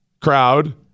crowd